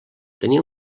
tenia